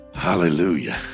Hallelujah